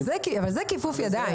אבל זה היה כיפוף ידיים,